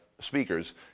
speakers